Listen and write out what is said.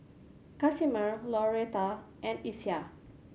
Casimer Lauretta and Isiah